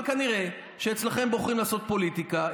אבל כנראה אצלכם בוחרים לעשות פוליטיקה.